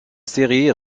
série